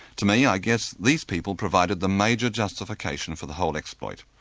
to me i guess these people provided the major justification for the whole exploit,